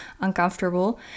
uncomfortable